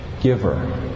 giver